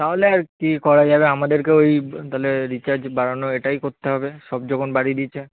তাহলে আর কী করা যাবে আমাদেরকে ওই তালে রিচার্জ বাড়ানো এটাই করতে হবে সব যখন বাড়িয়ে দিয়েছে